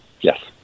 Yes